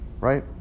right